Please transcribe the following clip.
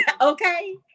Okay